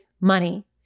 money